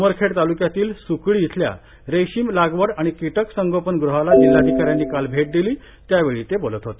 उमरखेड ताल्क्यातील स्कळी इथल्या रेशीम लागवड आणि किटक संगोपन गृहाला जिल्हाधिका यांनी काल भेट दिली त्यावेळी ते बोलत होते